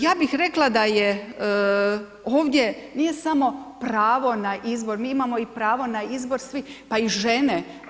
Ja bih rekla da je ovdje nije samo pravo na izbor, mi imamo i pravo na izbor svi, pa i žene.